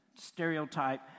Stereotype